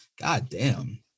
Goddamn